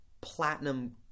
platinum